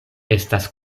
estas